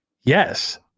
yes